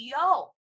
CEO